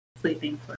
sleeping